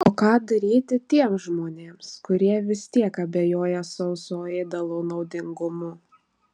o ką daryti tiems žmonėms kurie vis tiek abejoja sauso ėdalo naudingumu